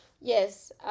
Yes